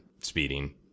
speeding